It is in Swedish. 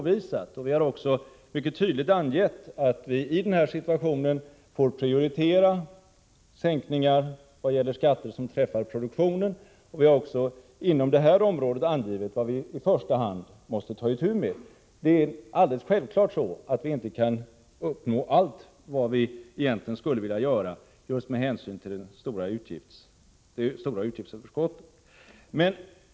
Vi har också mycket tydligt angivit att vi i denna situation får prioritera sänkningar av sådana skatter som belastar produktionen, och vi har också angivit vad vi inom detta område i första hand måste ta itu med. Självfallet kan vi inte åstadkomma allt som vi egentligen skulle vilja göra just på grund av det stora utgiftsöverskottet.